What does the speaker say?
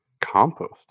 compost